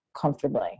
comfortably